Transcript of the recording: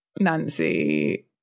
Nancy